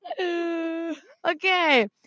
Okay